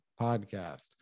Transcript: podcast